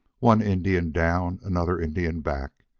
one indian down, another indian back,